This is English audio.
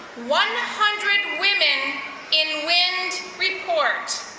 one hundred women in wind report.